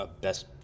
best